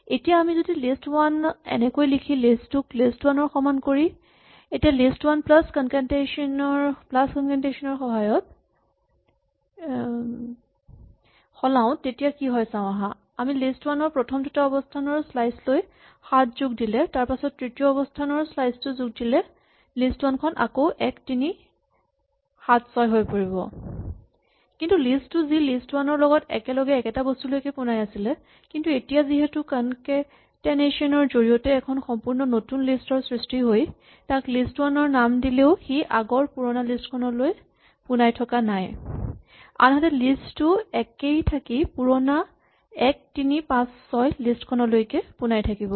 আনহাতে আমি যদি লিষ্ট ৱান এনেকৈ লিখি লিষ্ট টু ক লিষ্ট ৱান ৰ সমান কৰি এতিয়া লিষ্ট ৱান প্লাচ কনকেটেনেচন ৰ সহায়ত সলাওঁ তেতিয়া কি হয় চাওঁ আহাঁ আমি লিষ্ট ৱান ৰ প্ৰথম দুটা অৱস্হানৰ স্লাইচ লৈ ৭ যোগ দি তাৰপিছত তৃতীয় অৱস্হানৰ স্লাইচ টো যোগ দিলে লিষ্ট ৱান খন আকৌ ১ ৩ ৭ ৬ হৈ যাব কিন্তু লিষ্ট টু যি লিষ্ট ৱান ৰ লগত একেলগে একেটা বস্তুলৈকে পোনাই আছিলে কিন্তু এতিয়া যিহেতু কনকেটেনেচন ৰ জৰিয়তে এখন সম্পূৰ্ণ নতুন লিষ্ট ৰ সৃষ্টি হৈ তাক লিষ্ট ৱান নাম দিলেও সি আগৰ পুৰণা লিষ্ট খনলৈ পোনাই থকা নাই আনহাতে লিষ্ট টু একেই থাকি পুৰণা ১ ৩ ৫ ৬ লিষ্ট খনলৈকে পোনাই থাকিব